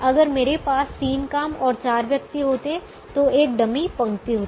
अगर मेरे पास तीन काम और चार व्यक्ति होते तो एक डमी पंक्ति होती